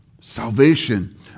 Salvation